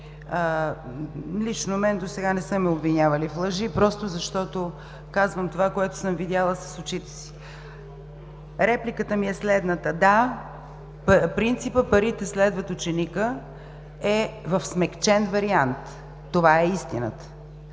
лично мен досега не са ме обвинявали в лъжи просто защото казвам това, което съм видяла с очите си. Репликата ми е следната. Да, принципът „Парите следват ученика“ е в смекчен вариант – това е истината.